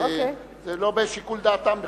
זה לא בשיקול דעתם בכלל.